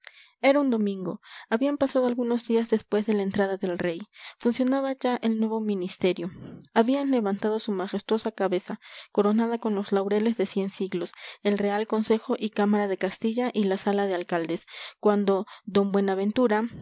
era un domingo habían pasado algunos días después de la entrada del rey funcionaba ya el nuevo ministerio habían levantado su majestuosa cabeza coronada con los laureles de cien siglos el real consejo y cámara de castilla y la sala de alcaldes cuando d buenaventura